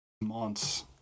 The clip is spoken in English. months